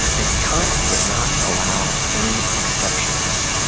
and kant does not allow any exceptions.